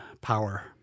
power